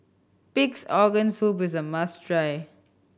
Pig's Organ Soup is a must try